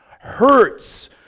hurts